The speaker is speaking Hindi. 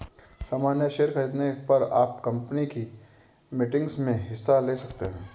सामन्य शेयर खरीदने पर आप कम्पनी की मीटिंग्स में हिस्सा ले सकते हैं